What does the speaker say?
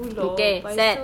okay set